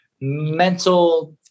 mental